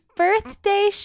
birthday